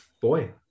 boy